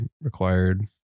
required